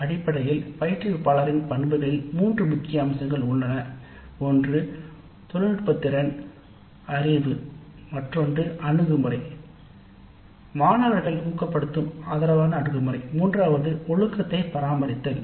அடிப்படையில் பயிற்றுவிப்பாளரின் பண்புகளில் மூன்று முக்கிய அம்சங்கள் உள்ளன ஒன்று தொழில்நுட்ப திறன் அறிவு மற்றொன்று அணுகுமுறை ஆதரவு அணுகுமுறை மாணவர்களை ஊக்குவித்தல் மூன்றாவது ஒழுக்கத்தை பராமரிப்பதில் உள்ளது